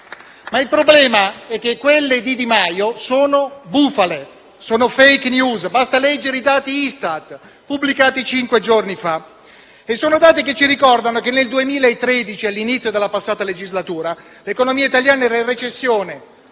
Il problema è che quelle di Di Maio sono bufale, *fake news*. Basta leggere i dati ISTAT pubblicati cinque giorni fa. Sono dati che ci ricordano che nel 2013, all'inizio della passata legislatura, l'economia italiana era in recessione: